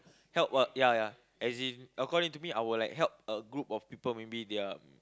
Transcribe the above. help a ya ya as in according to me I would help a group of people maybe they're